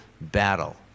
battle